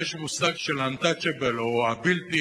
אם יש מושג של untouchable או ה"טמאים"